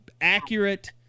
accurate